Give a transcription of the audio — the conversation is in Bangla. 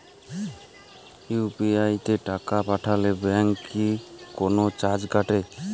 ইউ.পি.আই তে টাকা পাঠালে ব্যাংক কি কোনো চার্জ কাটে?